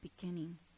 beginning